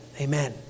Amen